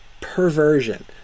Perversion